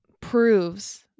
proves